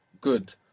Good